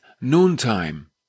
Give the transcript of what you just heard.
noontime